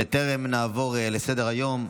בטרם נעבור לסדר-היום,